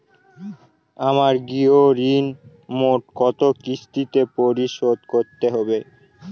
আমার গৃহঋণ মোট কত কিস্তিতে পরিশোধ করতে হবে?